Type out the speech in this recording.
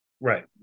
Right